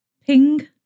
ping